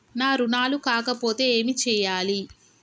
నా రుణాలు కాకపోతే ఏమి చేయాలి?